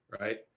right